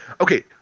Okay